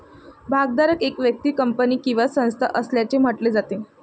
भागधारक एक व्यक्ती, कंपनी किंवा संस्था असल्याचे म्हटले जाते